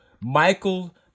Michael